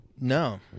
No